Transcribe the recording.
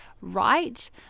right